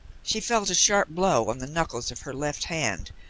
she felt a sharp blow on the knuckles of her left hand,